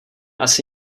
asi